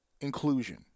inclusion